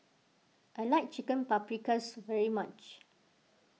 I like Chicken Paprikas very much